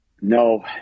No